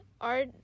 art